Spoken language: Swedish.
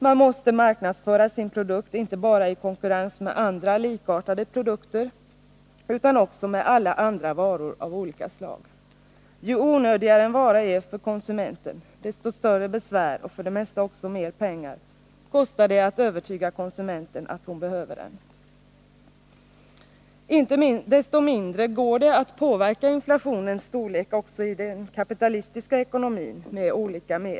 Man måste marknadsföra sin produkt inte bara i konkurrens med andra, likartade produkter utan också i konkurrens med alla andra varor av olika slag. Ju onödigare en vara är för konsumenten, desto större besvär och för det mesta också mer pengar kostar det att övertyga konsumenten om att hon behöver den. Icke desto mindre går det att med olika medel påverka inflationens storlek också i den kapitalistiska ekonomin.